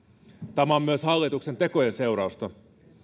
tämä on myös hallituksen tekojen seurausta